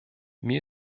mir